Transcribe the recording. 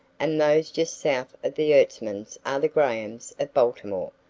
and those just south of the ertsmans are the grahams of baltimore,